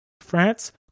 France